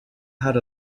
had